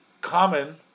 common